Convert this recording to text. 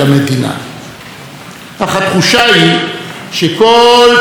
אך התחושה היא שכל צד מושך בחבל,